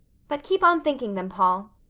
but keep on thinking them, paul.